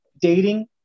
dating